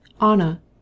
Anna